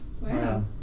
Wow